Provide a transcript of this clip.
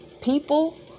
people